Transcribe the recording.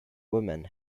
women